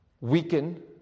weaken